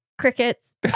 crickets